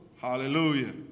Hallelujah